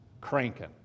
cranking